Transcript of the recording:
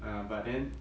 err but then